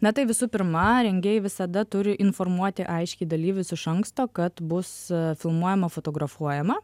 na tai visų pirma rengėjai visada turi informuoti aiškiai dalyvius iš anksto kad bus filmuojama fotografuojama